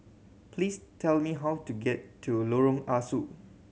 please tell me how to get to Lorong Ah Soo